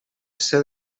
ser